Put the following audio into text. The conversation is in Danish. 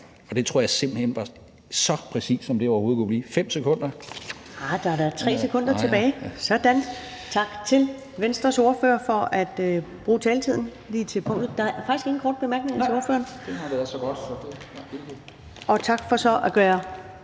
Det tror jeg simpelt hen var så præcist, som det overhovedet kunne blive – 5 sekunder